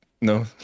No